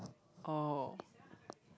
oh